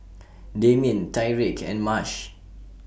Damien Tyrique and Marsh